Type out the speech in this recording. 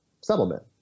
settlement